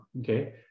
okay